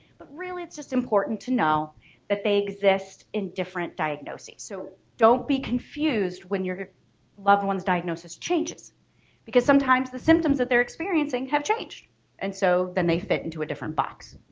but really it's just important to know that they exist in different diagnoses, so don't be confused when your loved ones diagnosis changes because sometimes the symptoms that they're experiencing have changed and so then they fit into a different box.